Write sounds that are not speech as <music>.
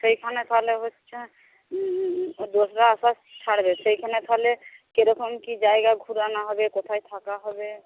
সেখানে তা হলে হচ্ছে <unintelligible> ছাড়বে সেখানে তা হলে কিরকম কী জায়গা ঘোরানো হবে কোথায় থাকা হবে